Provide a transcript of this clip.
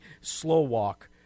slow-walk